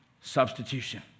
substitution